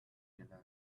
yellow